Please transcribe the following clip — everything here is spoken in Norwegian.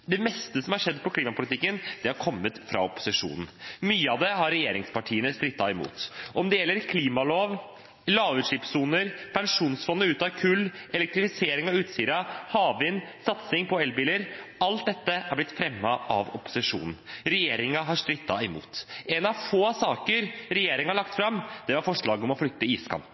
Det meste som har skjedd i klimapolitikken, har kommet fra opposisjonen. Mye av det har regjeringspartiene strittet imot. Om det gjelder klimalov, lavutslippssoner, pensjonsfondet ut av kull, elektrifisering av Utsira, havvind, satsing på elbiler – alt dette er blitt fremmet av opposisjonen, og regjeringen har strittet imot. En av få saker regjeringen har lagt